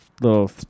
little